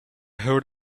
heard